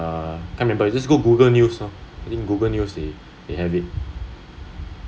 err can't remember just go google news lor I think google news they have it